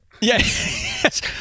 yes